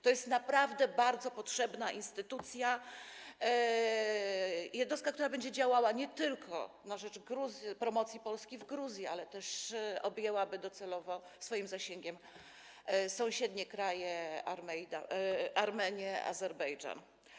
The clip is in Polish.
To jest naprawdę bardzo potrzebna instytucja, jednostka, która będzie działała nie tylko na rzecz promocji Polski w Gruzji, ale też objęłaby docelowo swoim zasięgiem sąsiednie kraje, Armenię, Azerbejdżan.